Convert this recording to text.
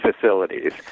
facilities